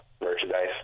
merchandise